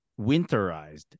winterized